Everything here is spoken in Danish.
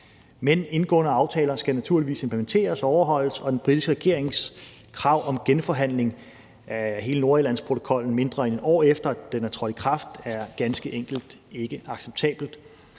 Men indgåede aftaler skal naturligvis implementeres og overholdes, og den britiske regerings krav om en genforhandling af hele Nordirlandsprotokollen, mindre end et år efter at den er trådt i kraft, er ganske enkelt ikke acceptabelt.